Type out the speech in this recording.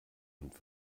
und